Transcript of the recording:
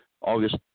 August